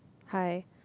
hi